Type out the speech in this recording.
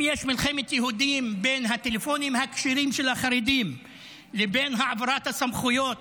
אם יש מלחמת יהודים בין הטלפונים הכשרים של החרדים לבין העברת הסמכויות